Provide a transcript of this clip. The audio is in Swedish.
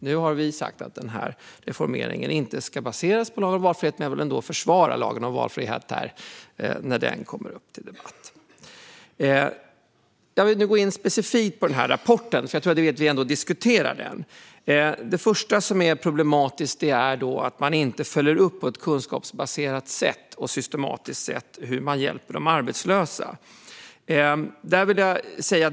Nu har vi sagt att denna reformering inte ska baseras på lagen om valfrihet, men jag vill ändå försvara lagen om valfrihet när den kommer upp till debatt. Jag vill nu gå in specifikt på den här rapporten, för det är viktigt att vi ändå diskuterar den. Det första som är problematiskt är att man inte på ett kunskapsbaserat och systematiskt sätt följer upp hur man hjälper de arbetslösa.